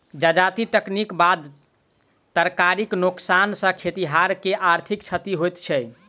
जजाति कटनीक बाद तरकारीक नोकसान सॅ खेतिहर के आर्थिक क्षति होइत छै